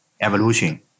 evolution